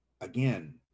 again